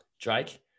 Drake